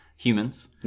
Humans